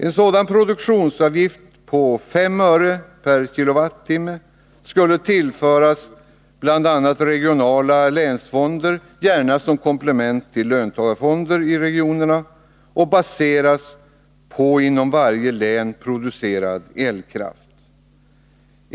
En sådan produktionsavgift på 5 öre per kilowattimme skulle tillföras bl.a. regionala länsfonder — gärna som komplement till löntagarfonder i regionerna — och baseras på inom varje län producerad elkraft.